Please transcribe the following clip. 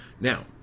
Now